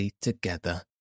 together